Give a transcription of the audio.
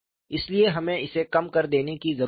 इसलिए हमें इसे कम कर देने की जरूरत है